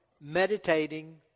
Meditating